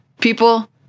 people